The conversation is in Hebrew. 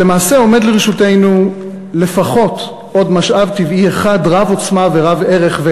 אבל למעשה עומד לרשותנו לפחות עוד משאב טבעי אחד רב-עוצמה ורב-ערך,